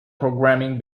programming